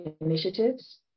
initiatives